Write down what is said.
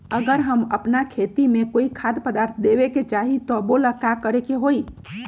अगर हम अपना खेती में कोइ खाद्य पदार्थ देबे के चाही त वो ला का करे के होई?